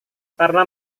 karena